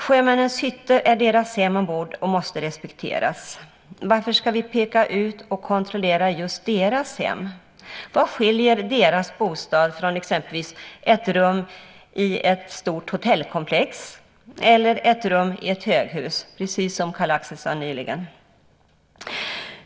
Sjömännens hytter är deras hem ombord och måste respekteras. Varför ska vi peka ut och kontrollera just deras hem? Vad skiljer deras bostad från exempelvis ett rum i ett stort hotellkomplex eller ett rum i ett höghus, som Carl-Axel sade nyligen?